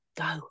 go